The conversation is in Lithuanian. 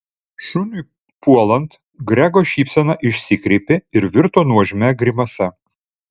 šuniui puolant grego šypsena išsikreipė ir virto nuožmia grimasa